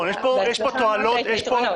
להגדיל שטחי ציבור ולהגדיל כלכלה מוניציפאלית ולאזן את